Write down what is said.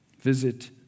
Visit